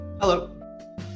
Hello